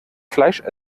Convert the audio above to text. fleisch